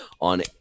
on